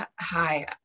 Hi